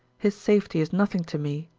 his safety is nothing to me.